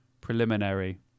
preliminary